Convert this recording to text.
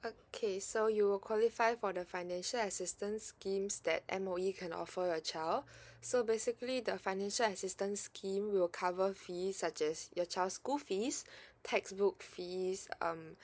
okay so you will qualify for the financial assistance schemes that M_O_E can offer your child so basically the financial assistance scheme will cover fees such as your child school fees textbook fees um